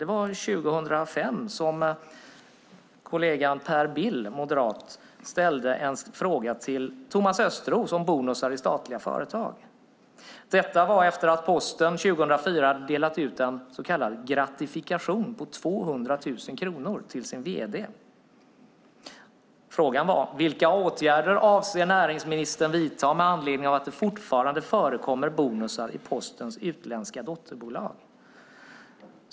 År 2005 ställde moderaten Per Bill en fråga till Thomas Östros om bonusar i statliga företag. Det var efter att Posten 2004 delat ut en så kallad gratifikation på 200 000 kronor till sin vd. Frågan var: Vilka åtgärder avser näringsministern att vidta med anledning av att det fortfarande förekommer bonusar i Postens utländska dotterbolag?